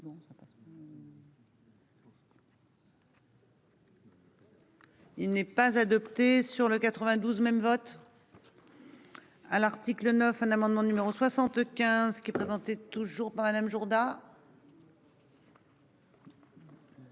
Il n'est pas adopté sur le 92 même vote. À l'article 9, un amendement numéro 75 qui est présenté, toujours pas Madame Jourda. On